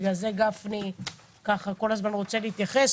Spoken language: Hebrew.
בגלל זה גפני רוצה להתייחס,